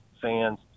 fans